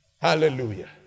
Hallelujah